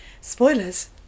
spoilers